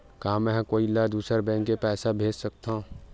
का मेंहा कोई ला दूसर बैंक से पैसा भेज सकथव?